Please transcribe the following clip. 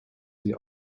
sie